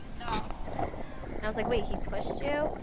no. and i was like wait, he pushed you?